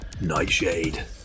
Nightshade